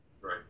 Right